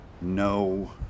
No